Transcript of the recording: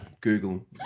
Google